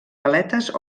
galetes